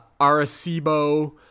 Arecibo